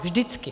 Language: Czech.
Vždycky.